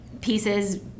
pieces